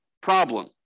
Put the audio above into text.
problem